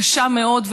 קשה מאוד,